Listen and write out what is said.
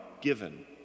given